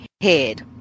head